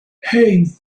hey